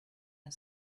had